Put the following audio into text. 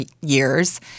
years